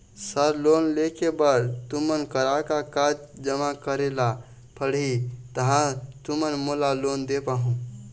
Sir loan लेहे बर तुमन करा का का जमा करें ला पड़ही तहाँ तुमन मोला लोन दे पाहुं?